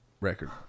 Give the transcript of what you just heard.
record